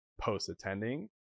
post-attending